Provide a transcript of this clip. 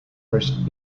first